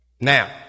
now